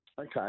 Okay